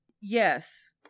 Yes